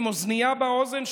עם אוזנייה באוזן,